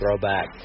Throwback